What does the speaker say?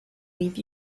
leave